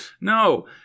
no